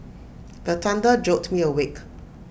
the thunder jolt me awake